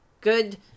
good